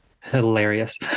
hilarious